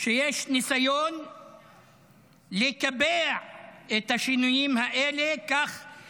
שיש ניסיון לקבע את השינויים האלה כך